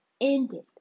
ended